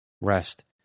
rest